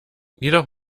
jedoch